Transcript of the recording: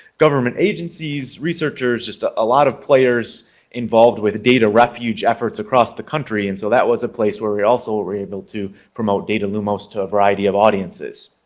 government agencies, researchers, just a ah lot players involved with data refuge efforts across the country and so that was a place where we also ah were able to promote datalumos to a variety of audiences.